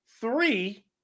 Three